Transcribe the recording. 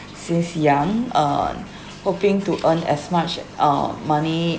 since young uh hoping to earn as much um money